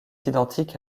identique